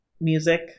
music